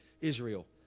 Israel